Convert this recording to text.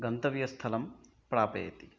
गन्तव्यस्थलं प्रापयति